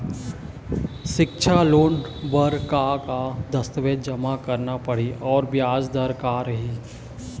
सिक्छा लोन बार का का दस्तावेज जमा करना पढ़ही अउ ब्याज दर का रही?